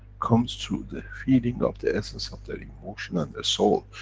comes through the feeding of the essence of their emotion and their soul,